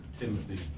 Timothy